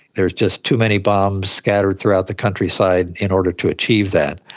there are just too many bombs scattered throughout the countryside in order to achieve that.